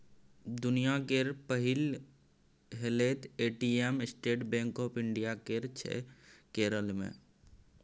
दुनियाँ केर पहिल हेलैत ATM State Bank of India केर छै केरल मे